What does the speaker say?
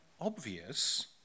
obvious